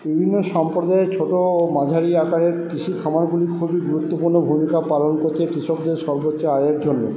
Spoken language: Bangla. সম্প্রদায়ের ছোটো মাঝারি আকারের কৃষি খামারগুলি খুবই গুরুত্বপূর্ণ ভূমিকা পালন করছে কৃষকদের সর্বোচ্চ আয়ের জন্যে